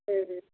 हूँ हूँ